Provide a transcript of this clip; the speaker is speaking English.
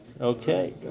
Okay